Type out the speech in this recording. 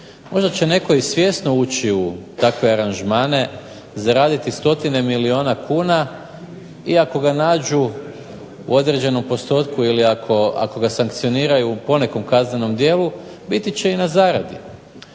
Možda će netko i svjesno ući u takve aranžmane, zaraditi stotine milijuna kuna i ako ga nađu u određenom postotku i ako ga sankcioniraju u ponekom kaznenom djelu biti će i na zaradi.